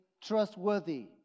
trustworthy